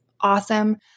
awesome